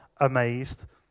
amazed